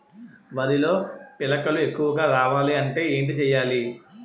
వరిలో పిలకలు ఎక్కువుగా రావాలి అంటే ఏంటి చేయాలి?